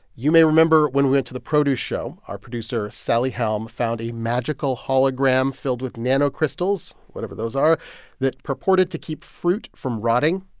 you may remember when we went to the produce show. our producer sally helm found a magical hologram filled with nanocrystals whatever those are that purported to keep fruit from rotting.